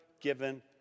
given